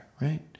right